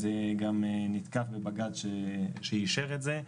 זה גם נתקף בבג"ץ שאישר את זה.